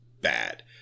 bad